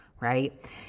right